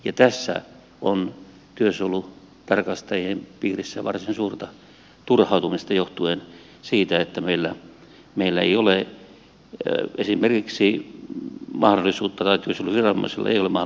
tässä on työsuojelutarkastajien piirissä varsin suurta turhautumista johtuen siitä että esimerkiksi työsuojeluviranomaisilla ei ole ja esimerkiksi varallisuutta ilmaisu ilman